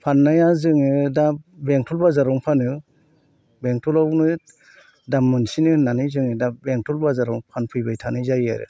फाननाया जोङो दा बेंथल बाजारावनो फानो बेंथलावनो दाम मोनसिनो होननानै जों दा बेंथल बाजारावनो फानफैबाय थानाय जायो आरो